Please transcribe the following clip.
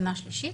מנה שלישית.